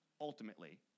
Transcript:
ultimately